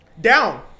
Down